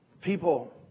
people